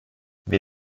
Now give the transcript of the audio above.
wir